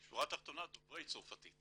בשורה התחתונה דוברי צרפתית.